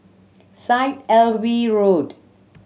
Syed Alwi Road